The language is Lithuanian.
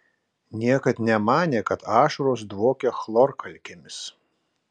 niekad nemanė kad ašaros dvokia chlorkalkėmis